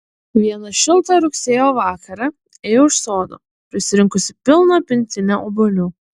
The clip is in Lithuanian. vieną šiltą rugsėjo vakarą ėjau iš sodo prisirinkusi pilną pintinę obuolių